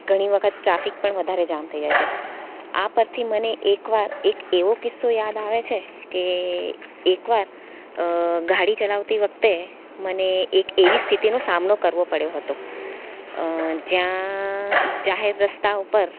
ઘણી વખત ટ્રાફિક પણ વધારે જામ થઈ જાય છે આ પરથી મને એકવાર એક એવો કિસ્સો યાદ આવે છે કે એકવાર ગાડી ચલાવતી વખતે મને એક એવી સ્થિતિનો સામનો કરવો પડયો હતો જ્યાં જાહેર રસ્તા ઉપર